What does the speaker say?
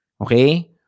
Okay